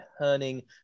Herning